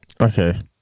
Okay